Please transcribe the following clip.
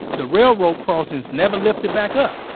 the railroad crossings never lifted back up.